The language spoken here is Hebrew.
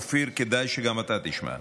אופיר, כדאי שגם אתה תשמע.